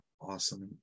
Awesome